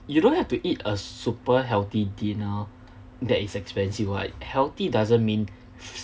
you don't have to eat a super healthy dinner that is expensive [what] healthy doesn't mean